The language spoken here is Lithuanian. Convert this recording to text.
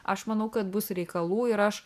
aš manau kad bus reikalų ir aš